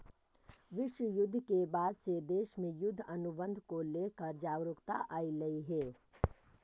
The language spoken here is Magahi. विश्व युद्ध के बाद से देश में युद्ध अनुबंध को लेकर जागरूकता अइलइ हे